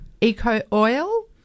eco-oil